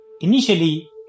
Initially